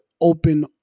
open